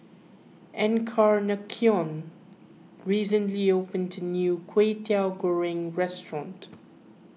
Encarnacion recently opened a new Kwetiau Goreng restaurant